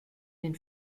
den